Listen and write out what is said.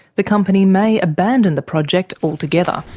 the company may abandon the project altogether.